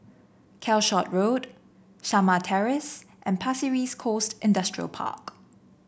Calshot Road Shamah Terrace and Pasir Ris Coast Industrial Park